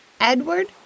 Edward